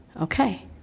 Okay